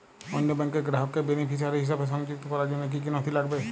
অন্য ব্যাংকের গ্রাহককে বেনিফিসিয়ারি হিসেবে সংযুক্ত করার জন্য কী কী নথি লাগবে?